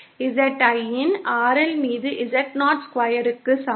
ZIn RL மீது Z0 squareக்கு சமம்